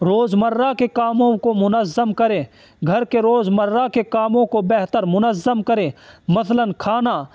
روزمرہ کے کاموں کو منظم کریں گھر کے روزمرہ کے کاموں کو بہتر منظم کریں مثلاً کھانا